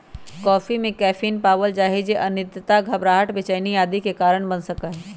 coffee में caffeine पावल जा हई जो अनिद्रा, घबराहट, बेचैनी आदि के कारण बन सका हई